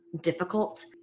difficult